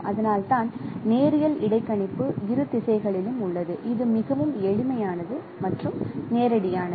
அதனால்தான் நேரியல் இடைக்கணிப்பு இரு திசைகளிலும் உள்ளது இது மிகவும் எளிமையானது மற்றும் நேரடியானது